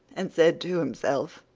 and said to himself,